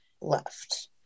left